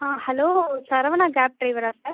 ஆ hello Saravana cab டிரைவரா sir